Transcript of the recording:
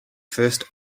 first